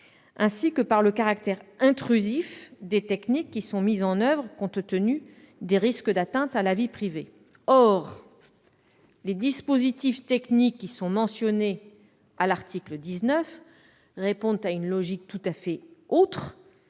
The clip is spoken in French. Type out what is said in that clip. ainsi que par le caractère intrusif des techniques mises en oeuvre, compte tenu des risques d'atteinte à la vie privée. Or les dispositifs techniques mentionnés à l'article 19 répondent à une logique tout à fait autre,